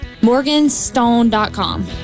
Morganstone.com